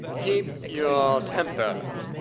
keep your temper,